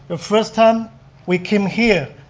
the first time we came here,